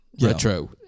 Retro